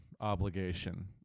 obligation